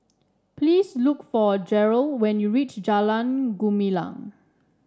please look for Jerrold when you reach Jalan Gumilang